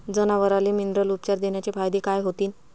जनावराले मिनरल उपचार देण्याचे फायदे काय होतीन?